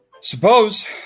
Suppose